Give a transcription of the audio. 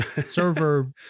server